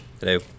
Hello